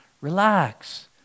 Relax